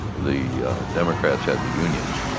the democrats had the unions,